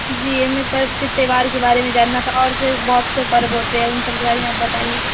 जी हमें पर्व के त्योहार के बारे में जानना था और से बहुत से पर्व होते हैं उन सब के बारे में आप बताइए